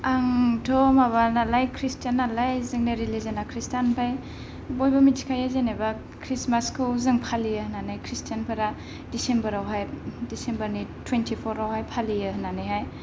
आंथ' माबा नालाय खृस्तियान नालाय जोंना रिलिजियना खृस्तियान ओमफ्राय बयबो मिथिखायो जेन'बा खृष्टमासखौ जों फालियो होननानै जों खृस्तियानफोरा डिसेमबरावहाय डिसेम्बरनि थुइनथिफर आवहाय फालियो होननानै हाय